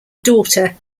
daughter